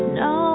no